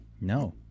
No